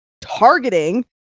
targeting